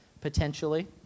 potentially